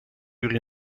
uur